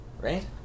Right